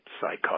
psychotic